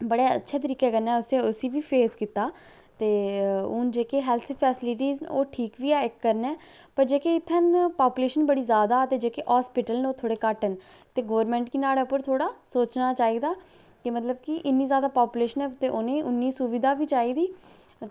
बड़े अच्छे तरीके कन्नै असैं उस्सी वी फेस कीते ते हून जेह्के हैल्थ फैसिलिटीज न ओह् ठीक वी ऐ ते कन्नै पर जेह्की इत्थैं पापुलेशन बड़ी जादा ते जेह्के हास्पिटल न ओह् थोह्ड़े घट्ट न ते गौरमेंट गी नाह्ड़े पर थोह्ड़ा सोचना चाहिदा के मतलब कि इन्नी जादा पापुलेशन ऐ ते उनें उन्नी सुविधा बी चाहिदी